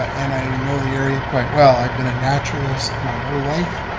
and i know the area quite well. i've been a naturalist my whole life,